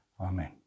Amen